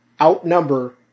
outnumber